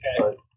Okay